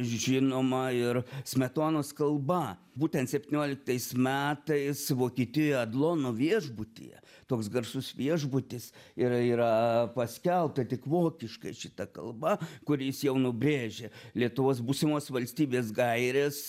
žinoma ir smetonos kalba būtent septynioliktais metais vokietijoje adlono viešbutyje toks garsus viešbutis ir yra paskelbta tik vokiškai šita kalba kur jis jau nubrėžė lietuvos būsimos valstybės gaires